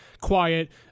quiet